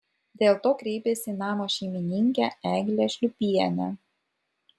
dėl to kreipėsi į namo šeimininkę eglę šliūpienę